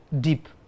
deep